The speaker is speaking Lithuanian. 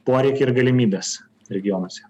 poreikiai ir galimybės regionuose